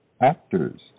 Actors